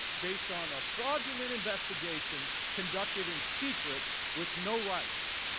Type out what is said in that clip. based on a fraudulent investigation conducted in secret with no right.